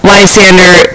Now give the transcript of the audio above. Lysander